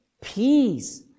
Peace